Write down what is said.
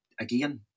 again